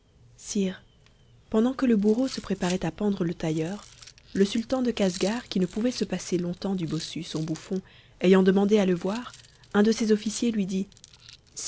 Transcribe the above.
sire pendant que le bourreau se préparait à pendre le tailleur le sultan de casgar qui ne pouvait se passer longtemps du bossu son bouffon ayant demandé à le voir un de ses officiers lui dit